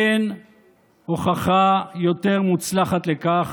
אין הוכחה יותר מוצלחת לכך